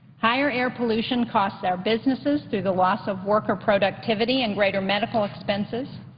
higher air pollution costs our businesses through the loss of worker productivity and greater medical expenses,